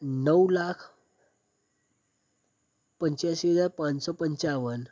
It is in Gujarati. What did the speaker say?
નવ લાખ પંચ્યાશી હજાર પાંચસો પંચાવન